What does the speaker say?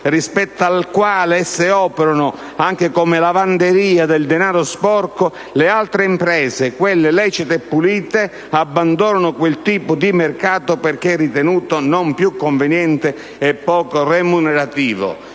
rispetto al quale esse operano anche come lavanderia del denaro sporco, le altre imprese - quelle lecite e pulite - abbandonano quel tipo di mercato perché ritenuto non più conveniente e poco remunerativo.